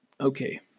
Okay